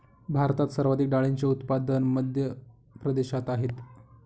भारतात सर्वाधिक डाळींचे उत्पादन मध्य प्रदेशात आहेत